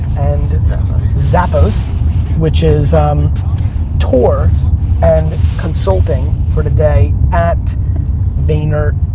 and zappos which is tour and consulting for the day at vaynermedia.